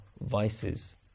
vices